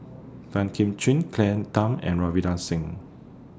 Tan Kim Ching Claire Tham and Ravinder Singh